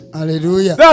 Hallelujah